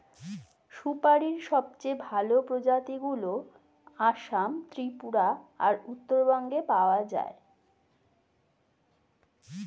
সুপারীর সবচেয়ে ভালো প্রজাতিগুলো আসাম, ত্রিপুরা আর উত্তরবঙ্গে পাওয়া যায়